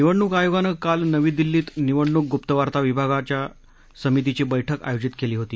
निवडणूक आयोगानं काल नवी दिलीत निवडणूक गुप्तवार्ता विभागांच्या समितीची बैठक आयोजित केली होती